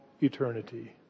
eternity